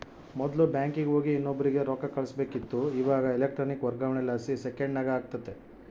ಮೊದ್ಲು ಬ್ಯಾಂಕಿಗೆ ಹೋಗಿ ಇನ್ನೊಬ್ರಿಗೆ ರೊಕ್ಕ ಕಳುಸ್ಬೇಕಿತ್ತು, ಇವಾಗ ಎಲೆಕ್ಟ್ರಾನಿಕ್ ವರ್ಗಾವಣೆಲಾಸಿ ಸೆಕೆಂಡ್ನಾಗ ಆಗ್ತತೆ